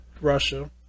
russia